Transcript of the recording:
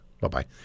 Bye-bye